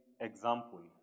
example